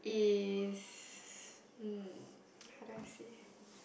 is um how do I say